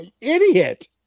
idiot